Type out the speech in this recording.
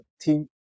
team